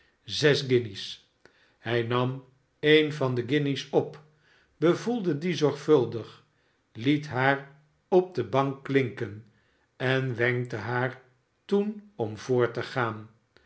hij nam een van de guinjes op bevoelde die zorgvuldig liet haar op de bank klinken en wenkte haar toen om voort te gaan